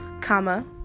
comma